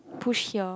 push here